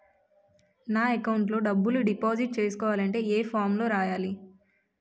నా అకౌంట్ లో డబ్బులు డిపాజిట్ చేసుకోవాలంటే ఏ ఫామ్ లో రాయాలి?